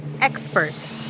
expert